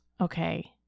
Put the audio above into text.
Okay